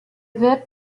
wird